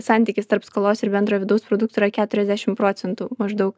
santykis tarp skolos ir bendrojo vidaus produkto yra keturiasdešim procentų maždaug